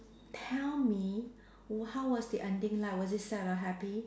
tell me wh~ how was the ending like was it sad or happy